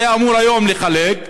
שהוא היה אמור היום לחלק,